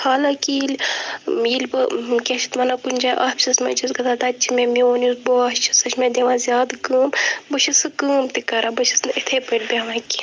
حالانکہ ییلہِ ییٚلہِ بہٕ کیٛاہ چھٕ اَتھ وَنان کُنہِ جایہِ آفِسَس منٛز چھَس گژھان تَتہِ چھٕ مےٚ میون یُس باس چھِ سُہ چھِ مےٚ دِوان زیادٕ کٲم بہٕ چھَس سٔہ کٲم تہِ کران بہٕ چھَس نہٕ اِتھٕے پٲٹھۍ بیٚہوان کیٚنہہ